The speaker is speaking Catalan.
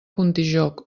contijoch